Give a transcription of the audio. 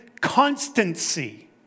constancy